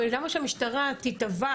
כי למה שהמשטרה תיתבע,